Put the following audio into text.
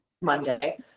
Monday